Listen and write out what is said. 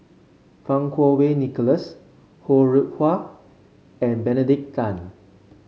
Fang Kuo Wei Nicholas Ho Rih Hwa and Benedict Tan